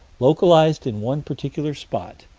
localized in one particular spot,